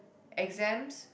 exams